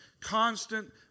constant